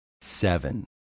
seven